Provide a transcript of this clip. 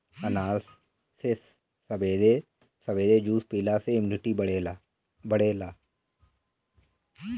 अनार के सबेरे सबेरे जूस पियला से इमुनिटी बढ़ेला